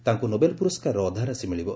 ତାଙ୍କୁ ନୋବେଲ୍ ପୁରସ୍କାରର ଅଧା ରାଶି ମିଳିବ